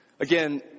Again